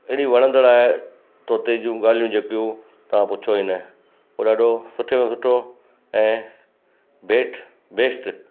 एॾी वणंदड़ु आहे तोते जू ॻाल्हियूं जेकियूं तव्हां पुछियो ई न हू ॾाढो सुठे में सुठो ऐं बेट बेस्ट